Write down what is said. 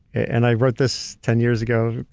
and i wrote this ten years ago.